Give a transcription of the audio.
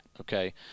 okay